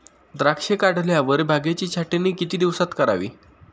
द्राक्षे काढल्यावर बागेची छाटणी किती दिवसात करावी?